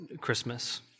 Christmas